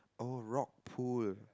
oh rock pool